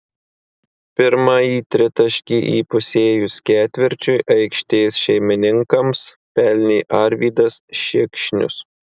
pirmąjį tritaškį įpusėjus ketvirčiui aikštės šeimininkams pelnė arvydas šikšnius